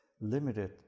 limited